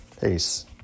Peace